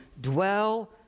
Dwell